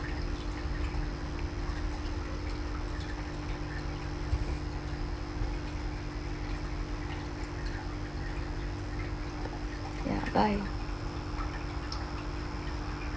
ya bye